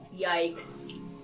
Yikes